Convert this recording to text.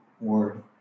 word